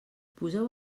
poseu